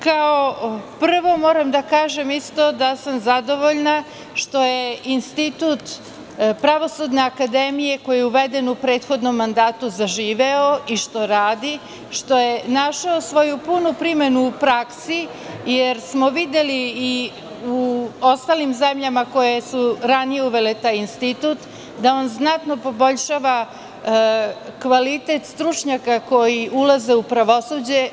Kao prvo, moram da kažem da sam zadovoljna što je institut Pravosudne akademije koji je uveden u prethodnom mandatu zaživeo i što radi i što je našao svoju punu primenu u praksi, jer smo videli i u ostalim zemljama koje su ranije uvele taj institut, da on znatno poboljšava kvalitet stručnjaka koji ulaze u pravosuđe.